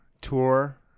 tour